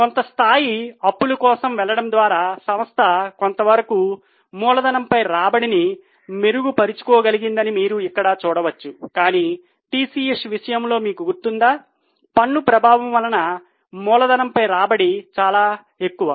కొంత స్థాయి అప్పుల కోసం వెళ్ళడం ద్వారా సంస్థ కొంతవరకు మూలధనంపై రాబడిని మెరుగుపరుచుకోగలిగిందని మీరు ఇక్కడ చూడవచ్చు కానీ టిసిఎస్ విషయంలో మీకు గుర్తుంటే పన్ను ప్రభావం వల్ల మూలధనంపై రాబడి చాలా ఎక్కువ